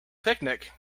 picnic